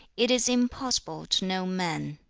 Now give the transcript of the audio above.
it is impossible to know men